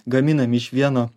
gaminami iš vieno